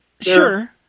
Sure